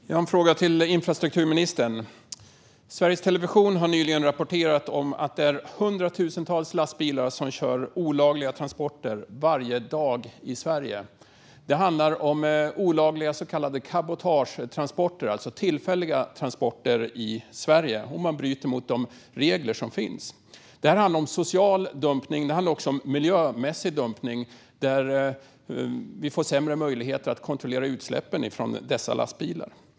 Herr talman! Jag har en fråga till infrastrukturministern. Sveriges Television har nyligen rapporterat om att det är hundratusentals lastbilar som kör olagliga transporter varje dag i Sverige. Det handlar om olagliga så kallade cabotagetransporter, tillfälliga transporter i Sverige, där man bryter mot de regler som finns. Det handlar om social dumpning. Det handlar också om miljömässig dumpning där vi får sämre möjligheter att kontrollera utsläppen från dessa lastbilar.